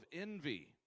envy